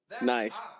Nice